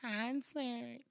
concert